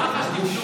מה זה שייך?